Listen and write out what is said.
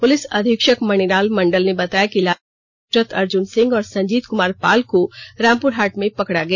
police अधीक्षक मणिलाल मंडल ने बताया कि इलाजरत अर्जुन सिंह और संजीत कुमार पाल को रामपुरहाट में पकड़ा गया